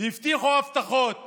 והבטיחו הבטחות